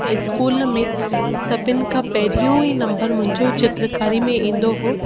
ऐं स्कूल में सभिनि खां पहिरियों ई नंबर मुंंहिंजो चित्रकारी में ईंदो हुओ